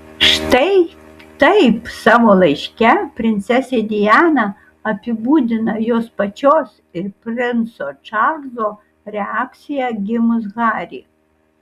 štai taip savo laiške princesė diana apibūdina jos pačios ir princo čarlzo reakciją gimus harry